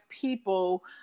people